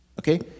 Okay